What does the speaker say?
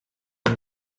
won